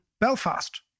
Belfast